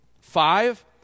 Five